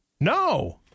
No